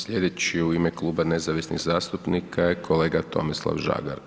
Slijedeći u ime Kluba nezavisnih zastupnika je kolega Tomislav Žagar.